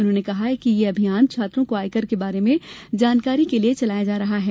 उन्होंने कहा कि यह अभियान छात्रों को आयकर के बारे में जानकारी के लिए चलाया जा रहा है